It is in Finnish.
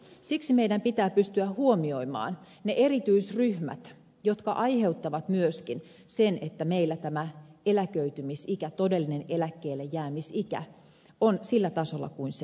siksi meidän pitää pystyä huomioimaan ne erityisryhmät jotka aiheuttavat myöskin sen että meillä tämä eläköitymisikä todellinen eläkkeellejäämisikä on sillä tasolla kuin se on